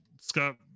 scott